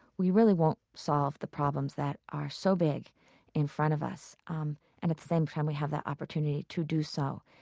we really won't solve the problems that are so big in front of us um and, at the same time, we have that opportunity to do so.